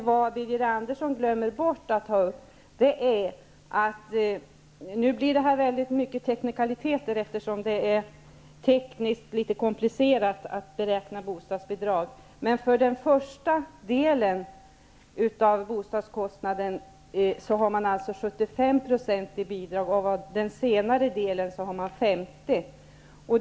Birger Andersson glömde emellertid att nämna att det -- nu blir det mycket med teknikaliteter eftersom det tekniskt är litet komplicerat att beräkna bostadsbidrag -- för den första delen av bostadskostnaden ges 75 % i bidrag och för den senare delen 50 %.